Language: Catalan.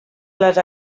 les